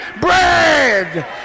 bread